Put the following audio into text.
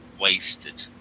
wasted